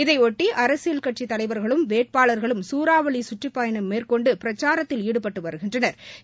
இதையொட்டி அரசியல் கட்சித் தலைவா்களும் வேட்பாளா்களும் சூறாவளி சுற்றப்பயணம் மேற்கொண்டு பிரச்சாரத்தில் ஈடுபட்டு வருகின்றனா்